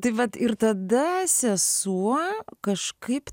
taip pat ir tada sesuo kažkaip